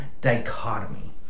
dichotomy